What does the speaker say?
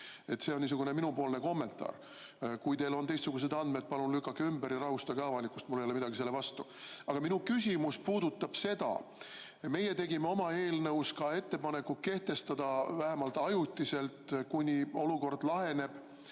See on minu kommentaar. Kui teil on teistsugused andmed, siis palun lükake ümber ja rahustage avalikkust, mul ei ole midagi selle vastu. Aga minu küsimus puudutab seda. Meie tegime oma eelnõus ka ettepaneku kehtestada – vähemalt ajutiselt, kuni olukord laheneb,